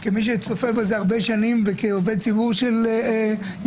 כמי שצופה בזה הרבה שנים וכעובד ציבור של יובל,